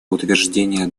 утверждение